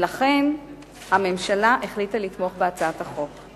ולכן הממשלה החליטה לתמוך בהצעת החוק.